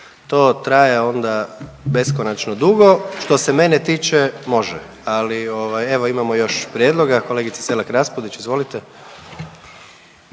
to traje onda beskonačno dugo, što se mene tiče može, ali ovaj, evo imamo još prijedloga, kolegice Selak Raspudić, izvolite.